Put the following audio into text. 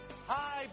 Hi